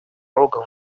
рога